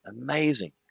amazing